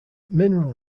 mineral